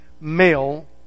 male